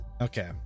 Okay